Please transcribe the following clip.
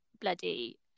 bloody